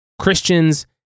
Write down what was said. Christians